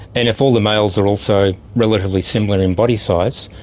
and if all the males are also relatively similar in body size,